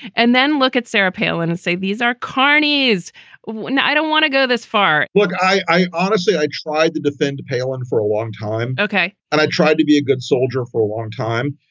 and then look at sarah palin and say, these are carneys when i don't want to go this far look, i honestly, i tried to defend palin for a long time, okay? and i tried to be a good soldier for a long time.